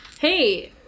hey